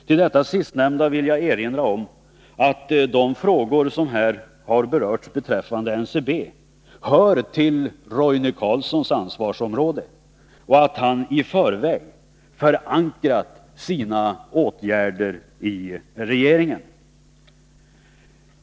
Till detta sistnämnda vill jag erinra om att de frågor som här har berörts beträffande NCB hör till Roine Carlssons ansvarsområde och att han i förväg förankrat sina åtgärder i regeringen.